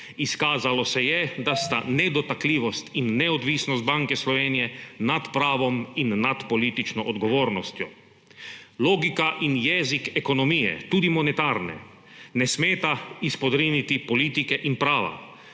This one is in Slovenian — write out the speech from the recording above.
Izkazalo se je, da sta nedotakljivost in neodvisnost Banke Slovenije nad pravom in nad politično odgovornostjo. Logika in jezik ekonomije, tudi monetarne, ne smeta izpodriniti politike in prava!